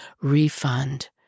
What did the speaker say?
refund